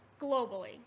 globally